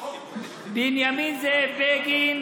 בנימין זאב בגין